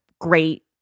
great